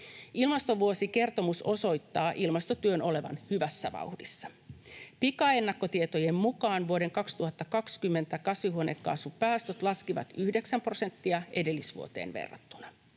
Ilmastovuosikertomus osoittaa ilmastotyön olevan hyvässä vauhdissa. Pikaennakkotietojen mukaan vuoden 2020 kasvihuonekaasupäästöt laskivat 9 prosenttia edellisvuoteen verrattuna.